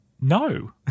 no